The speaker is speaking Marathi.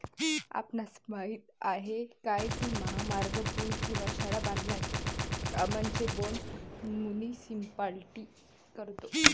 आपणास माहित आहे काय की महामार्ग, पूल किंवा शाळा बांधण्याच्या कामांचे बोंड मुनीसिपालिटी करतो?